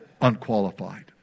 unqualified